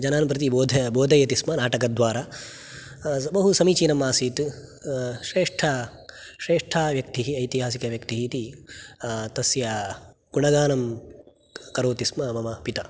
जनान् प्रति बोधया बोधयति स्म नाटकद्वारा स बहु समीचीनमासीत् श्रेष्ठ श्रेष्ठा व्यक्तिः ऐतिहासिकव्यक्तिः इति तस्य गुणगानं करोति स्म मम पिता